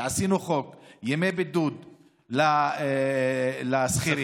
חוק ימי בידוד לשכירים,